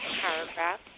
paragraph